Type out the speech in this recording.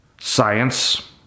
science